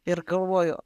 ir galvoju